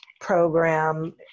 program